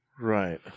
right